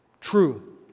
True